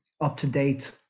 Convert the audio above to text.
up-to-date